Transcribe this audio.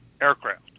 aircraft